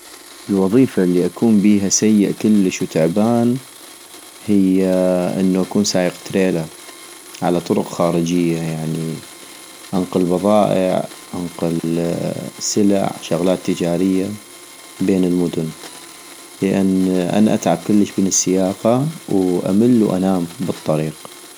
الوظيفة الي اكون بيها سيء كلش وتعبان هي انو اكون سائق تريلا على طرق خارجية ، يعني لنقل بضائع انقل سلع، شغلات تجارية بين المدن ، لان أنا اتعب كلش من السياقة وامل وانام